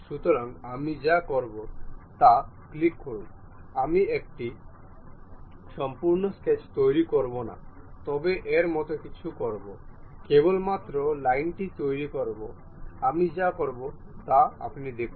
সুতরাং আমি যা করব তা ক্লিক করুন আমি একটি সম্পূর্ণ স্কেচ তৈরি করব না তবে এর মতো কিছু করব কেবলমাত্র লাইনটি তৈরি করব আমি যা করব তা দেখুন